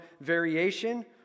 variation